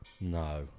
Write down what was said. No